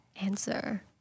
answer